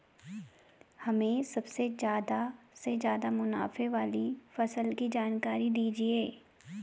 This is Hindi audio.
हमें सबसे ज़्यादा से ज़्यादा मुनाफे वाली फसल की जानकारी दीजिए